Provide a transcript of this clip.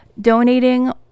donating